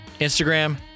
Instagram